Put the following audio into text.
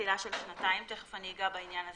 בתחילה לשנתיים, תיכף אני אגע בעניין הזה.